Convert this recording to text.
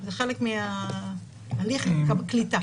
זה חלק מהליך הקליטה.